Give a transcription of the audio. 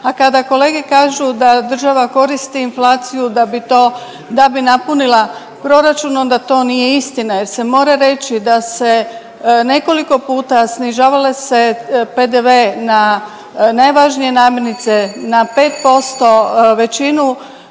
a kada kolege kažu da država koristi inflaciju da bi to, da bi napunila proračun onda to nije istina jer se mora reći da se nekoliko puta snižavale se PDV na najvažnije namirnice, na 5% većinu